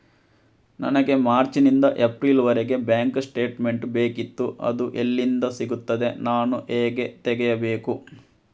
ನನಗೆ ಮಾರ್ಚ್ ನಿಂದ ಏಪ್ರಿಲ್ ವರೆಗೆ ಬ್ಯಾಂಕ್ ಸ್ಟೇಟ್ಮೆಂಟ್ ಬೇಕಿತ್ತು ಅದು ಎಲ್ಲಿಂದ ಸಿಗುತ್ತದೆ ನಾನು ಹೇಗೆ ತೆಗೆಯಬೇಕು?